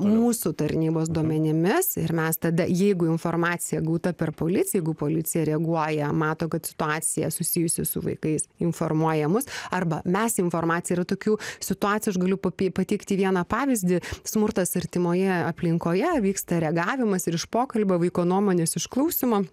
mūsų tarnybos duomenimis ir mes tada jeigu informacija gauta per policiją jeigu policija reaguoja mato kad situacija susijusi su vaikais informuoja mus arba mes informaciją yra tokių situacijų aš galiu papy pateikti vieną pavyzdį smurtas artimoje aplinkoje vyksta reagavimas ir iš pokalbio vaiko nuomonės išklausymo